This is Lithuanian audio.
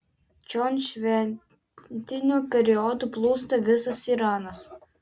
čion šventiniu periodu plūsta visas iranas